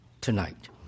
tonight